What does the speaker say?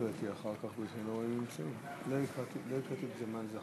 אדוני היושב-ראש, תודה רבה, עמיתי חברי הכנסת,